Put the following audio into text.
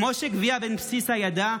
כמו שגביהא בן פסיסא ידע,